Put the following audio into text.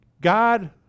God